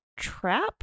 trap